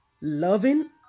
Loving